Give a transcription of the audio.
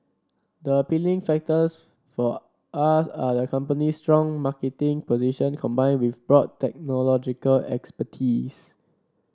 the appealing factors for us are the company's strong marketing position combined with broad technological expertise